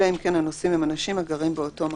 אלא אם כן הנוסעים הם אנשים הגרים באותו מקום,